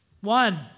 One